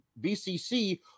BCC